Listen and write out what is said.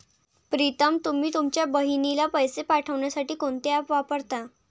प्रीतम तुम्ही तुमच्या बहिणीला पैसे पाठवण्यासाठी कोणते ऍप वापरता?